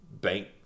bank